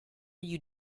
you